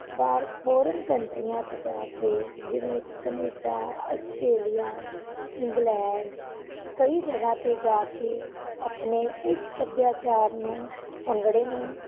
ਬਾਹਰ ਫੋਰਨ ਕੰਟਰੀਆਂ 'ਚ ਜਾ ਕੇ ਜਿਵੇਂ ਕਨੇਡਾ ਆਸਟਰੇਲੀਆ ਇੰਗਲੈਂਡ ਕਈ ਜਗ੍ਹਾ 'ਤੇ ਜਾ ਕੇ ਆਪਣੇ ਇਸ ਸੱਭਿਆਚਾਰ ਨੂੰ ਭੰਗੜੇ ਨੂੰ